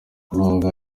nubwo